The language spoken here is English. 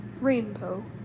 rainbow